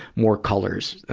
more colors, ah,